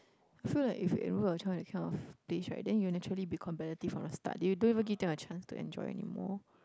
feel like if you enroll your child in these kind of place right then you naturally be competitive from the start you don't even give them a chance to enjoy anymore